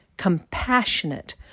compassionate